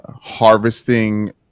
harvesting